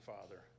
Father